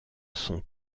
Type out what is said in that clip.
sont